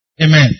Amen